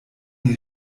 die